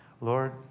Lord